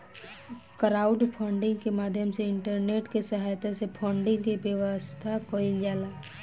crowdfunding के माध्यम से इंटरनेट के सहायता से फंडिंग के व्यवस्था कईल जाला